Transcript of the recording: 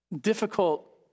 difficult